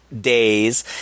days